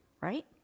Right